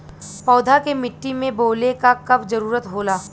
पौधा के मिट्टी में बोवले क कब जरूरत होला